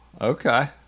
Okay